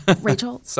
rachel